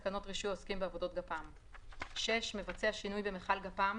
תקנות רישוי העוסקים בעבודות גפ"מ); מבצע שינוי במכל גפ"מ,